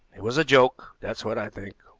it was a joke, that's what i think.